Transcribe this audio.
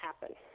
happen